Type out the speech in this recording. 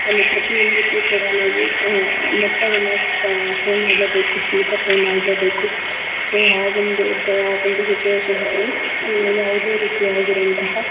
ಅಲ್ಲಿ ಪ್ರತಿಯೊಂದಕ್ಕು ಕೂಡ ನಾವು ಮೊತ್ತವನ್ನು ಸಹ ಪೇ ಮಾಡಲೇಬೇಕು ಶುಲ್ಕ ಪೇ ಮಾಡಲೇಬೇಕು ಸೊ ಹಾಗೊಂದು ಹಾಗೊಂದು ಸಿಚುವೇಷನ್ಸಲ್ಲಿ ಯಾವುದೇ ರೀತಿಯ ಆಗಿರುವಂತಹ